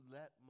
let